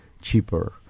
cheaper